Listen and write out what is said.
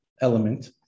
element